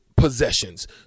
possessions